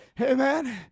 Amen